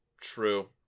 True